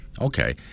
Okay